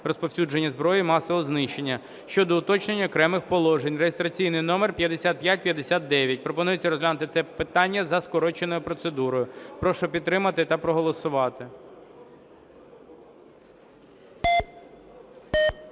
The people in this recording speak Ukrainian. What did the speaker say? розповсюдження зброї масового знищення" щодо уточнення окремих положень (реєстраційний номер 5559). Пропонується розглянути це питання за скороченою процедурою. Прошу підтримати та проголосувати.